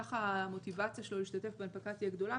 כך המוטיבציה שלו להשתתף בהנפקה תהיה גדולה,